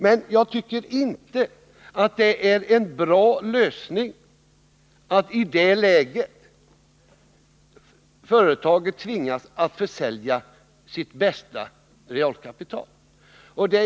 Men jag tycker inte att det är en bra lösning att företaget i det läget tvingas att sälja sitt bästa realkapital.